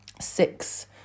six